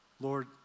Lord